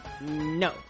no